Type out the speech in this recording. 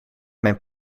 mijn